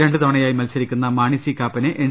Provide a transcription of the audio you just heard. രണ്ടു തവണയായി മത്സ രിക്കുന്ന മാണി സി കാപ്പനെ എൻ